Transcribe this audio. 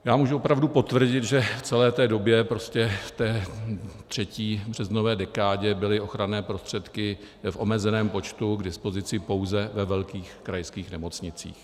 Já můžu opravdu potvrdit, že v celé té době té třetí březnové dekádě byly ochranné prostředky v omezeném počtu k dispozici pouze ve velkých krajských nemocnicích.